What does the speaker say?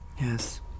Yes